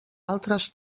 altres